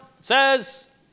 says